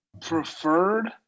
preferred